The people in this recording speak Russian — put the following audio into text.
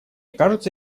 кажется